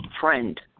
friend